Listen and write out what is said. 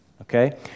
Okay